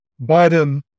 Biden